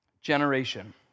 generation